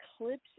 eclipse